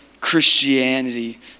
Christianity